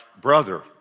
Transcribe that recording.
brother